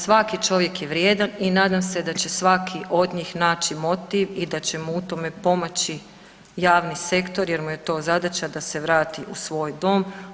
Svaki čovjek je vrijedan i nadam se da će svaki od njih naći motiv i da će mu u tome pomoći javni sektor jer mu je to zadaća da se vrati u svoj dom.